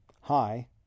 hi